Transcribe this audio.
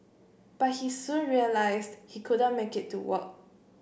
but he soon realised he couldn't make it to work